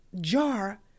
jar